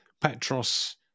Petros